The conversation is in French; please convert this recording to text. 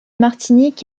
martinique